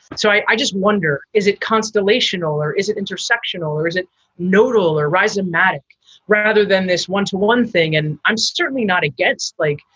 so i just wonder, is it constellation or is it intersectional or is it nodal or reisenbach rather than this one to one thing? and i certainly not against, like,